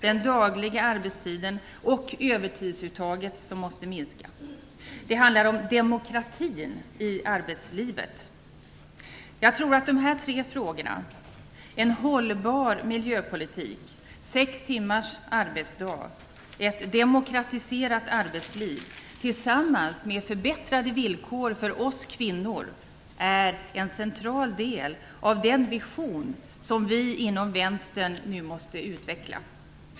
Den dagliga arbetstiden och övertidsuttaget måste minska. Det handlar om demokratin i arbetslivet. Jag tror att dessa tre frågor, en hållbar miljöpolitik, sex timmars arbetsdag och ett demokratiserat arbetsliv, tillsammans med förbättrade villkor för oss kvinnor är en central del av den vision som vi inom Vänstern nu måste utveckla.